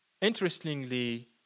Interestingly